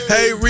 Hey